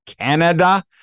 Canada